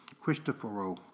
Christopher